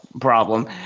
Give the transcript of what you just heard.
problem